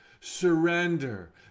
surrender